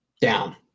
down